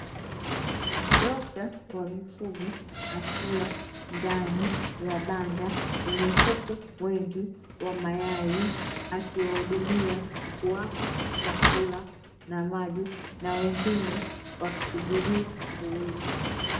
Dokta wa mifugo akiwa ndani ya banda lenye kuku wengi wa mayai, akiwahudumia kuwapa chakula na maji; na wengine wakisubiria kuuzwa.